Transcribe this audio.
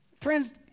friends